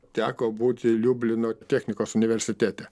teko būti liublino technikos universitete